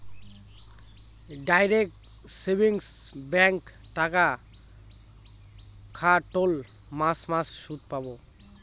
direct savings ব্যাঙ্কে টাকা খাটোল মাস মাস সুদ পাবো